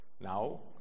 Now